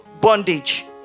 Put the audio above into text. bondage